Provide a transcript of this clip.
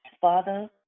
father